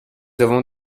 avons